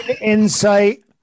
Insight